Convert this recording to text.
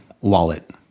wallet